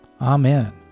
Amen